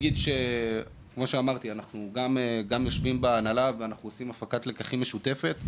כמו שאמרתי אנחנו יושבים בהנהלה ועושים הפקת לקחים משותפת,